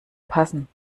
passen